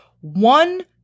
one